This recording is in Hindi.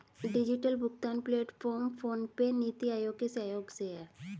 डिजिटल भुगतान प्लेटफॉर्म फोनपे, नीति आयोग के सहयोग से है